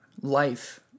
life